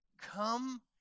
Come